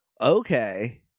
Okay